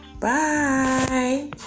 bye